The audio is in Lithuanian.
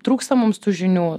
trūksta mums tų žinių